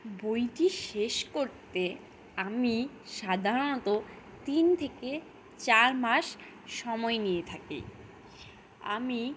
বইটি শেষ করতে আমি সাধারণত তিন থেকে চার মাস সময় নিয়ে থাকি আমি